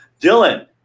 Dylan